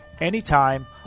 anytime